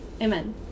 Amen